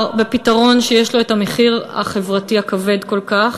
בפתרון שיש לו המחיר החברתי הכבד כל כך,